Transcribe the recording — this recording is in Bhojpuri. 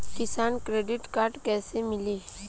किसान क्रेडिट कार्ड कइसे मिली?